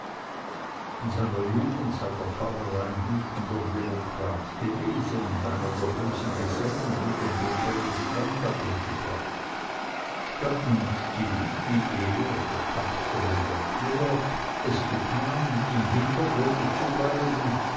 in seiner jugend sei der pfarrer ein wütender demokrat gewesen und einer der bösen gesellen die den pompejus planta umgebracht statt nun still wie er der taktvolle wertmüller es getan im hintergrunde zu bleiben